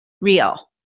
real